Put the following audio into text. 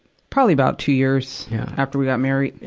probably about two years after we got married.